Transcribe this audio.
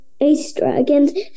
ace-dragons